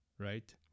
Right